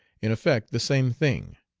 in effect the same thing.